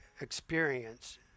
experience